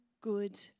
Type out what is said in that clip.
good